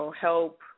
Help